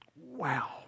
Wow